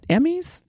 Emmys